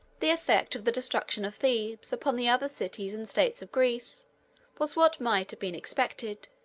the effect of the destruction of thebes upon the other cities and states of greece was what might have been expected.